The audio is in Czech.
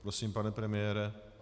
Prosím, pane premiére.